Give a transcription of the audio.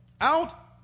out